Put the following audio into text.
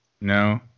No